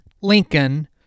Lincoln